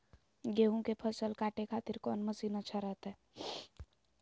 गेहूं के फसल काटे खातिर कौन मसीन अच्छा रहतय?